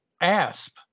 ASP